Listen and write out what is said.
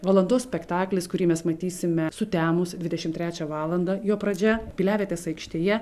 valandos spektaklis kurį mes matysime sutemus dvidešimt trečią valandą jo pradžia piliavietės aikštėje